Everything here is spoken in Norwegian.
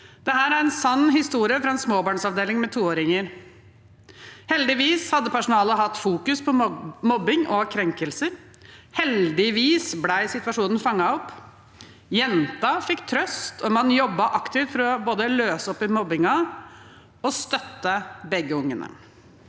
Dette er en sann historie fra en småbarnsavdeling med toåringer. Heldigvis hadde personalet hatt fokus på mobbing og krenkelser, og heldigvis ble situasjonen fanget opp, jenta fikk trøst, og man jobbet aktivt for å både løse opp i mobbingen og støtte begge ungene.